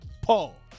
Paul